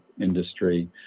industry